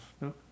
No